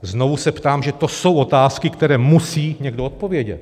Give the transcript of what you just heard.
Znovu se ptám, protože to jsou otázky, které musí někdo zodpovědět.